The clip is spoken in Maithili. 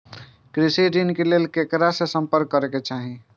कृषि ऋण के लेल ककरा से संपर्क करना चाही?